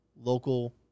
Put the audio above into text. local